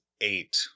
eight